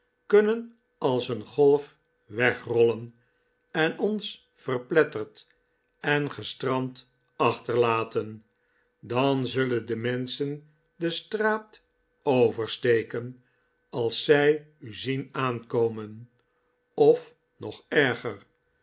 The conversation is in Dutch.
kunnen als een golf wegrollen en ons verpletterd en gestrand achterlaten dan zullen de menschen de straat oversteken als zij u zien aankomen of nog erger